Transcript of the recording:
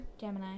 Gemini